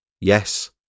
Yes